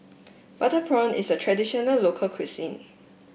Butter Prawn is a traditional local cuisine